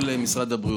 לא למשרד הבריאות,